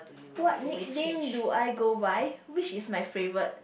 what nickname do I go by which is my favourite